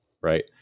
right